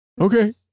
Okay